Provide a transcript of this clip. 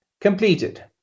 completed